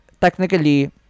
technically